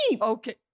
Okay